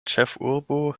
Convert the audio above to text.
ĉefurbo